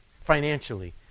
financially